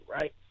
right